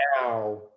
now